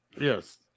Yes